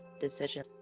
decision